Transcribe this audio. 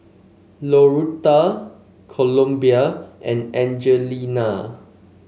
Louetta Columbia and Angelina